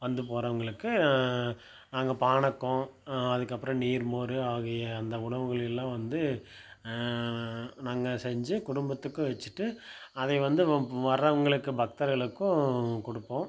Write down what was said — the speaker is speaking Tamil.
வந்து போகிறவுங்களுக்கு நாங்கள் பானகம் அதுக்கப்புறம் நீர் மோர் ஆகிய அந்த உணவுகளை எல்லாம் வந்து நாங்கள் செஞ்சு குடும்பத்துக்கும் வச்சுட்டு அதை வந்து வர்றவங்களுக்கு பக்தர்களுக்கும் கொடுப்போம்